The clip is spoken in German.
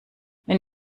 wenn